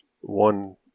one